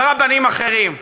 ורבנים אחרים.